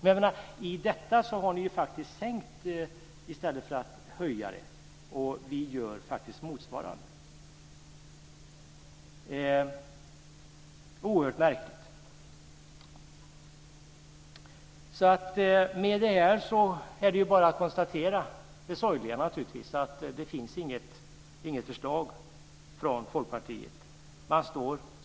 Men i detta har ni sänkt i stället för att höja. Vi gör faktiskt motsatsen. Det är oerhört märkligt. Det är bara att konstatera det sorgliga att det inte finns något förslag från Folkpartiet.